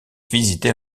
visiter